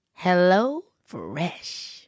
HelloFresh